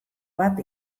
bat